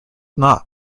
not